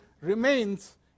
remains